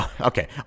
okay